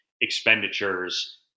expenditures